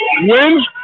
Win